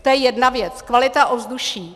To je jedna věc kvalita ovzduší.